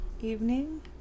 evening